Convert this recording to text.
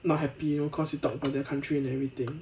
not happy you know cause you talk about their country and everything